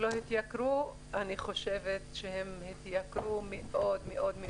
אני חושבת שהם התייקרו מאוד-מאוד.